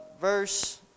verse